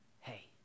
Hey